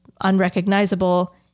unrecognizable